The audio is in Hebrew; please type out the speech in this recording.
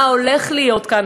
מה הולך להיות כאן,